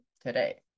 today